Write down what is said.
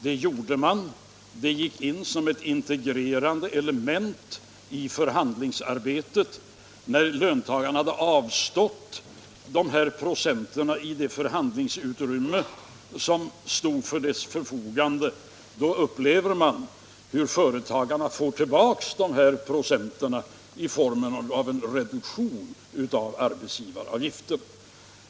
Det gjorde man, det gick in som ett integrerande element i förhandlingsarbetet när löntagarna avstod de här procenten i det förhandlingsutrymme som stod till deras förfogande. Då upplever man hur företagarna får tillbaka dessa procent i form av en reduktion av arbetsgivaravgiften.